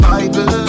Bible